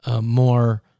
More